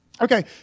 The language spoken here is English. Okay